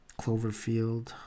Cloverfield